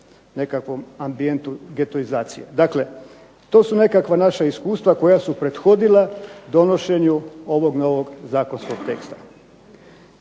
nekakvom ambijentu getoizacije. Dakle, to su nekakva naša iskustva koja su prethodila donošenju ovog novog zakonskog teksta.